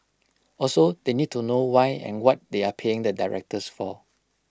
also they need to know why and what they are paying the directors for